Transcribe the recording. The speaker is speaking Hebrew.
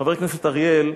חבר הכנסת אריאל,